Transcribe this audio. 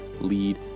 lead